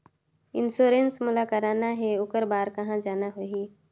Insurance मोला कराना हे ओकर बार कहा जाना होही?